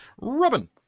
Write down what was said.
Robin